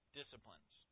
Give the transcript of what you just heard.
disciplines